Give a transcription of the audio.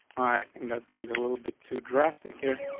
i think that's gonna be a little bit too drastic here.